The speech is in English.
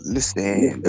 Listen